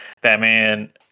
Batman